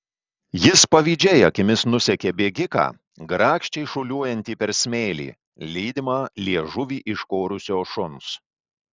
jis pavydžiai akimis nusekė bėgiką grakščiai šuoliuojantį per smėlį lydimą liežuvį iškorusio šuns